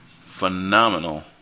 phenomenal